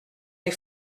les